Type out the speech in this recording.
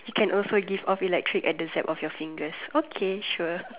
you can also give off electric at the zap of your fingers okay sure